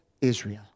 Israel